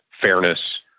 fairness